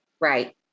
right